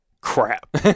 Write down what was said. crap